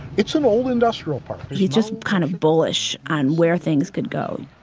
it's an old industrial park. he's just kind of bullish on where things could go.